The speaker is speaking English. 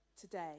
today